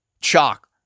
Chalk